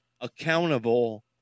accountable